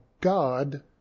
God